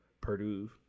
purdue